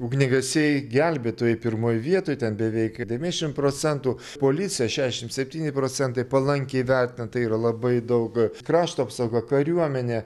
ugniagesiai gelbėtojai pirmoj vietoj ten beveik devyniasdešimt procentų policija šešiasdešimt septyni procentai palankiai vertina tai yra labai daug krašto apsauga kariuomenė